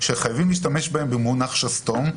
שחייבים להשתמש בהם במונח שסתום,